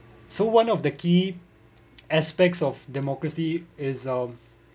so one of the key aspects of democracy is um